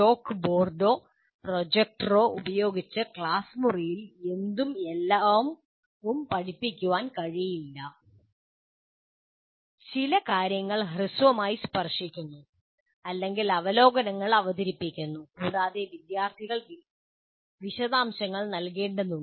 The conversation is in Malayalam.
ചോക്ക് ബോർഡോ പ്രൊജക്ടറോ ഉപയോഗിച്ച് ക്ലാസ് മുറിയിൽ എന്തും എല്ലാം പഠിപ്പിക്കാൻ കഴിയില്ല ചില കാര്യങ്ങൾ ഹ്രസ്വമായി സ്പർശിക്കുന്നു അല്ലെങ്കിൽ അവലോകനങ്ങൾ അവതരിപ്പിക്കുന്നു കൂടാതെ വിദ്യാർത്ഥികൾ വിശദാംശങ്ങൾ നൽകേണ്ടതുണ്ട്